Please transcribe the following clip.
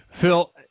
Phil